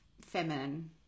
feminine